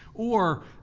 or,